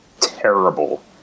terrible